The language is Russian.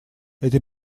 это